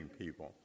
people